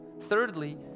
thirdly